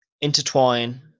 intertwine